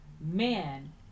man